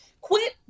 quit